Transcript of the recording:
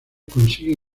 consigue